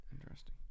Interesting